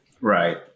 Right